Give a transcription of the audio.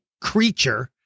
creature